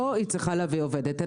היא צריכה להביא עובדת.